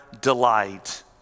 delight